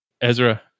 Ezra